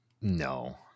No